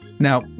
Now